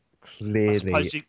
Clearly